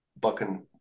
bucking –